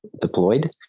deployed